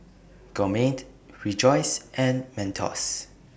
Gourmet Rejoice and Mentos